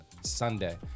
Sunday